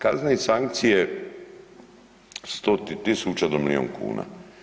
Kazne i sankcije 100 tisuća do milijun kuna.